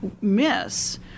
miss